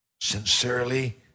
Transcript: sincerely